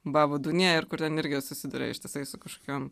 baba dunija ir kur ten irgi susiduria ištisai su kažkokiom